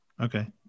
Okay